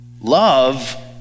Love